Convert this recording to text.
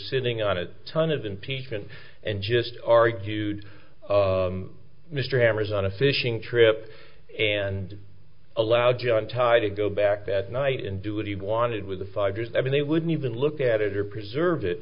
sitting on a ton of impeachment and just argued mr hammers on a fishing trip and allowed john ty to go back that night and do what he wanted with the five years i mean they wouldn't even look at it or preserve it